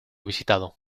visitado